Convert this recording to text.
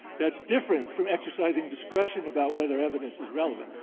that's different from exercising discretion about whether evidence is relevant.